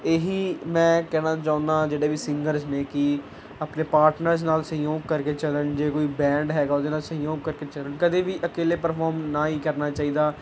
ਇਹੀ ਮੈਂ ਕਹਿਣਾ ਚਾਹੁੰਦਾ ਜਿਹੜੇ ਵੀ ਸਿੰਗਰਸ ਨੇ ਕਿ ਆਪਣੇ ਪਾਟਨਰਜ਼ ਨਾਲ ਸਹਿਯੋਗ ਕਰਕੇ ਚੱਲਣ ਜੇ ਕੋਈ ਬੈਂਡ ਹੈਗਾ ਉਹਦੇ ਨਾਲ ਸਹਿਯੋਗ ਕਰਕੇ ਚੱਲਣ ਕਦੇ ਵੀ ਇਕੱਲੇ ਪ੍ਰਫੋਰਮ ਨਾ ਹੀ ਕਰਨਾ ਚਾਹੀਦਾ